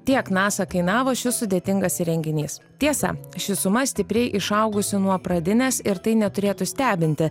tiek nasa kainavo šis sudėtingas įrenginys tiesa ši suma stipriai išaugusi nuo pradinės ir tai neturėtų stebinti